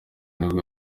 nibwo